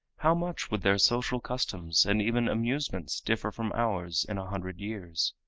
how much would their social customs and even amusements differ from ours in a hundred years?